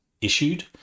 issued